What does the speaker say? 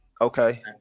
okay